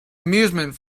amusement